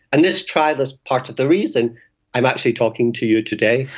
and this trial is part of the reason i'm actually talking to you today.